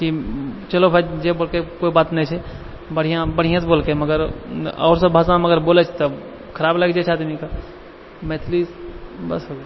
चलो भाइ जे बोलतै कोनो बात नहि छै बढ़िआँ बढ़िएसँ बोललकै मगर आओर सब भाषामे बोलै छै तऽ खराब लागि जाइ छै आदमीके मैथिली बस